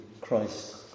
Christ